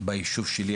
ביישוב שלי,